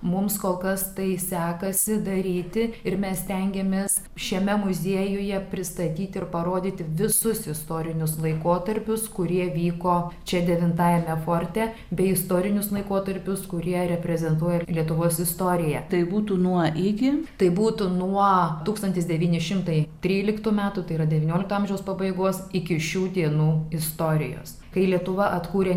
mums kol kas tai sekasi daryti ir mes stengiamės šiame muziejuje pristatyti ir parodyti visus istorinius laikotarpius kurie vyko čia devintajame forte bei istorinius laikotarpius kurie reprezentuoja lietuvos istoriją tai būtų nuo tūkstantis devyni šimtai tryliktų metų tai yra devyniolikto amžiaus pabaigos iki šių dienų istorijos kai lietuva atkūrė